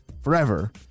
forever